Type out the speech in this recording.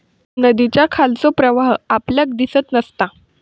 नदीच्या खालचो प्रवाह आपल्याक दिसत नसता